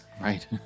Right